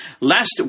lest